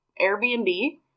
Airbnb